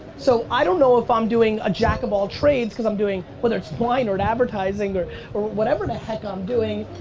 so i don't know if i'm doing a jack of all trades cause i'm doing, whether it's wine or and advertising or or whatever the and heck i'm doing.